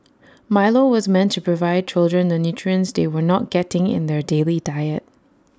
milo was meant to provide children the nutrients they were not getting in their daily diet